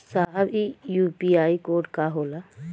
साहब इ UPI code का होला?